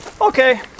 Okay